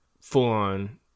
full-on